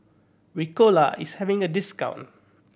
Ricola is having a discount